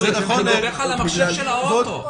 זה במחשב של האוטו.